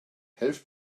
helft